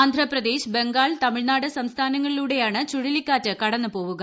ആഡ്രാപ്രദേശ് ബംഗാൾ തമിഴ്നാട് സംസ്ഥാനങ്ങളിലൂട്ടെയ്ാണ് ചുഴലിക്കാറ്റ് കടന്നുപോവുക